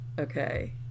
okay